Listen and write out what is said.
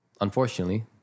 Unfortunately